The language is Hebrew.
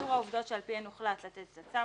(2)תיאור העובדות שעל פיהן הוחלט לתת את הצו,